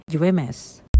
UMS